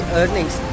earnings